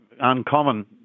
Uncommon